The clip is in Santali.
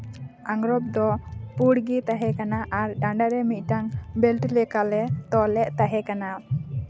ᱟᱸᱜᱽᱨᱚᱵ ᱫᱚ ᱯᱩᱸᱰ ᱜᱮ ᱛᱟᱦᱮᱸ ᱠᱟᱱᱟ ᱟᱨ ᱰᱟᱸᱰᱟᱨᱮ ᱢᱤᱫᱴᱟᱱ ᱵᱮᱞᱴ ᱞᱮᱠᱟᱞᱮ ᱛᱚᱞᱮᱜ ᱛᱟᱦᱮᱸ ᱠᱟᱱᱟ